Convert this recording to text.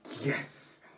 Yes